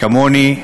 כמוני,